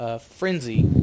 Frenzy